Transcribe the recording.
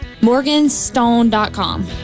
Morganstone.com